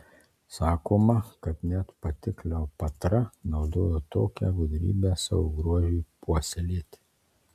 sakoma kad net pati kleopatra naudojo tokią gudrybę savo grožiui puoselėti